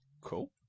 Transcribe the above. Cool